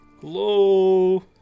hello